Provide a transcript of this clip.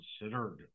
considered